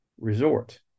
resort